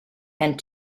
and